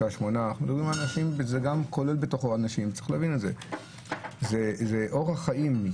שזה גם כולל אנשים שלרבים זה אורח חיים.